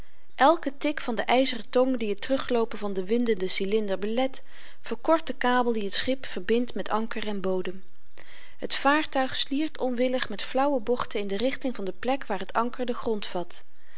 elke tik van den yzeren tong die het terugloopen van den windenden cylinder belet verkort den kabel die t schip verbindt met anker en bodem het vaartuig sliert onwillig met flauwe bochten in de richting van de plek waar t anker den grond vat